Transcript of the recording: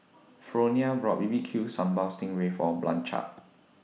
Fronia bought B B Q Sambal Sting Ray For Blanchard